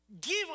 Give